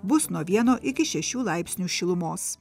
bus nuo vieno iki šešių laipsnių šilumos